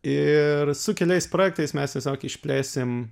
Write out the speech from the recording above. ir su keliais projektais mes tiesiog išplėsim